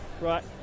Right